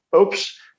oops